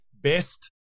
best